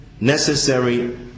necessary